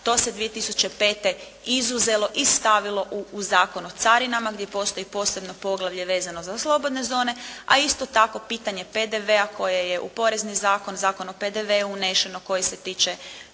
To se 2005. izuzelo i stavilo u Zakon o carinama gdje postoji posebno poglavlje vezano za slobodne zone, a isto tako pitanje PDV-a koje je u porezni zakon, Zakon o PDV-u unešeno koji se tiče